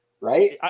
right